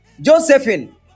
Josephine